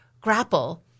grapple